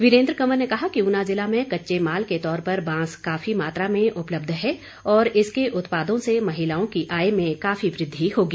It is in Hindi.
वीरेन्द्र कंवर ने कहा कि ऊना जिला में कच्चे माल के तौर पर बांस काफी मात्रा में उपलब्ध है और इसके उत्पादों से महिलाओं की आय में काफी वृद्धि होगी